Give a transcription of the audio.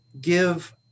give